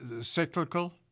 cyclical